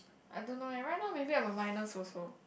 I don't know eh right now maybe I'm a minus also